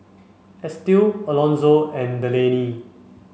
Estie Alonso and Delaney